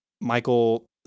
Michael